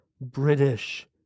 British